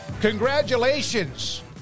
congratulations